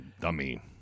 Dummy